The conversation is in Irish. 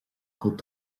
chomh